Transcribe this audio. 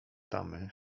tamy